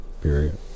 period